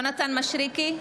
נגד יונתן מישרקי,